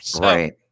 Right